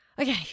okay